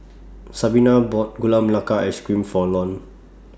Sabina bought Gula Melaka Ice Cream For Lorne